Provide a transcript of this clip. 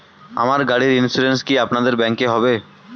আমার গাড়ির ইন্সুরেন্স কি আপনাদের ব্যাংক এ হবে?